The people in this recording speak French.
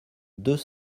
deux